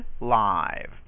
live